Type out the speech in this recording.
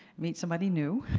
meet somebody new.